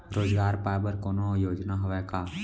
रोजगार पाए बर कोनो योजना हवय का?